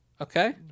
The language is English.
Okay